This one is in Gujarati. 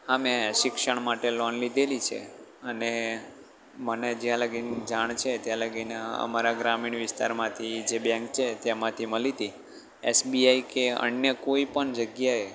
હા મેં શિક્ષણ માટે લોન લીધેલી છે અને મને જ્યાં લગીન જાણ છે ત્યાં લગીન અમારા ગ્રામીણ વિસ્તારમાંથી જે બેન્ક છે તેમાંથી મળી હતી એસબીઆઈ કે અન્ય કોઇપણ જગ્યાએ